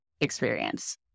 experience